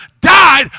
died